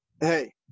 hey